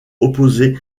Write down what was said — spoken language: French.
opposé